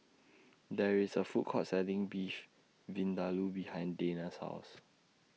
There IS A Food Court Selling Beef Vindaloo behind Deena's House